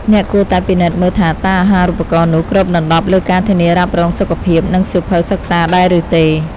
អ្នកគួរតែពិនិត្យមើលថាតើអាហារូបករណ៍នោះគ្របដណ្តប់លើការធានារ៉ាប់រងសុខភាពនិងសៀវភៅសិក្សាដែរឬទេ។